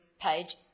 page